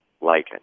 lichen